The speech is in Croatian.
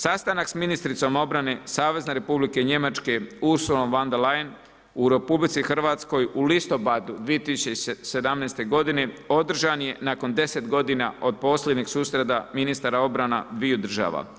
Sastanak sa ministricom obrane Savezne Republike Njemačke Ursula von der Leyen u RH u listopadu 2017. godine održan je nakon deset godina od posljednje susreta ministara obrana dviju država.